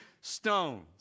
stones